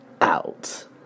out